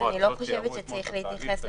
אז אני לא חושבת שצריך להתייחס לתדירות.